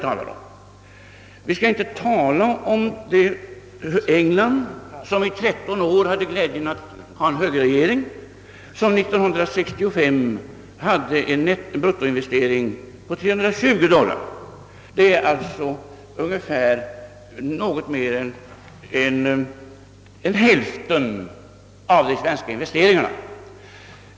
Och vi skall inte tala om England, som i tretton år har haft glädjen av att ha en högerregering och där bruttoinvesteringarna år 1965 uppgick till 320 dollar per invånare, alltså något mer än hälften av de svenska investeringarna.